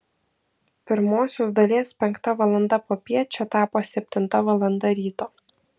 pirmosios dalies penkta valanda popiet čia tapo septinta valanda ryto